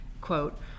quote